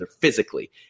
physically